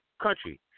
country